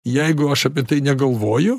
jeigu aš apie tai negalvoju